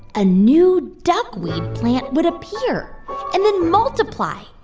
a new duckweed plant would appear and then multiply.